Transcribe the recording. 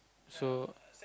so